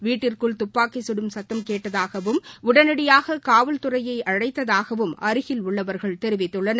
வீட்டிற்குள் துப்பாக்கிகடும் சத்தம் கேட்டதாகவும் உடனடியாக காவல்துறையை அழைத்ததாகவும் அருகில் உள்ளவர்கள் தெரிவித்துள்ளனர்